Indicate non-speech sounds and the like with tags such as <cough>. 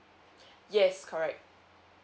<breath> yes correct